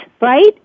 right